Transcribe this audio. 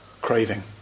craving